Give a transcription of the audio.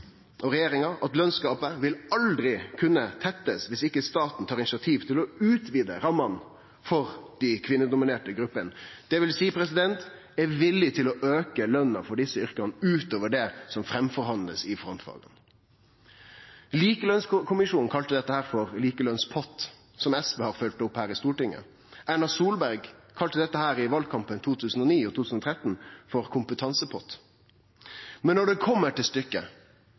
og regjeringa at lønsgapet aldri vil kunne bli tetta om ikkje staten tar initiativ til å utvide dei rammene for dei kvinnedominerte gruppene, dvs. å vere villig til å auke lønene for desse yrkene ut over det som blir forhandla fram i frontfaga. Likelønskommisjonen kalla dette for likelønspott, noko som SV har følgt opp her i Stortinget. Erna Solberg kalla dette i valkampane i 2009 og 2013 for kompetansepott. Men når det kjem til stykket,